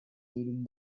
leading